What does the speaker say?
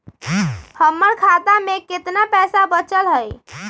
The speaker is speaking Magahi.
हमर खाता में केतना पैसा बचल हई?